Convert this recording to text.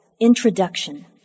Introduction